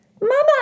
Mama